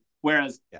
Whereas